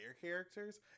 characters